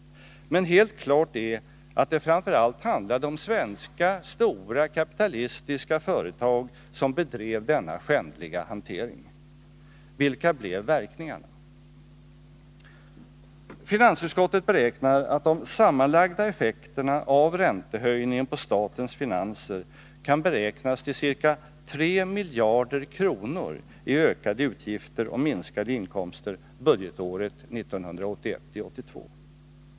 Men helt klart är att det framför allt handlade om svenska stora kapitalistiska företag som bedrev denna skändliga hantering. Vilka blev verkningarna? Enligt finansutskottet kan de sammanlagda effekterna av räntehöjningen på statens finanser beräknas till ca 3 miljarder kronor i ökade utgifter och minskade inkomster för budgetåret 1981/82.